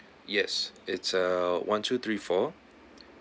yes it's a one two three four